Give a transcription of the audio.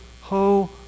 ho